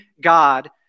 God